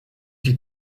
die